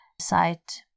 site